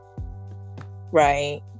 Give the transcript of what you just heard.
right